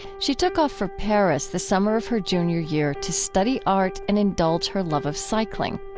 she took off for paris the summer of her junior year to study art and indulge her love of cycling.